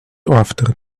after